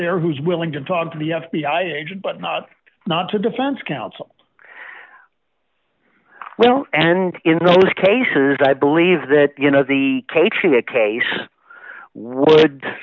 there who's willing to talk to the f b i agent but not not to defense counsel well and in those cases i believe that you know the case that case wo